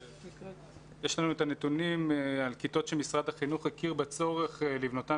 יש לנו את הנתונים על כיתות שמשרד החינוך הכיר בצורך לבנותן